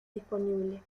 disponible